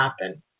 happen